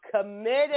committed